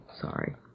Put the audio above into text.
Sorry